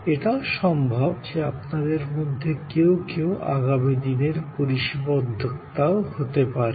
এটাও সম্ভব যে আপনাদের মধ্যে কেউ কেউ আগামীদিনের পরিষেবা উদ্যোক্তাও হতে পারেন